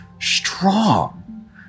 strong